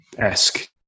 Esque